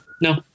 No